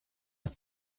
have